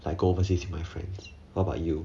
like overseas you my friends what about you